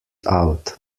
out